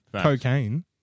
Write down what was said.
Cocaine